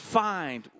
find